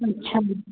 अच्छा जी